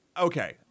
Okay